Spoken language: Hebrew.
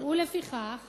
ולפיכך